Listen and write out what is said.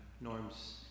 Norm's